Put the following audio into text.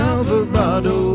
Alvarado